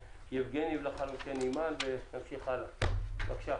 חבר כנסת סובה בבקשה.